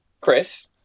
Chris